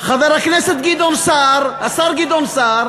חבר הכנסת גדעון סער, השר גדעון סער,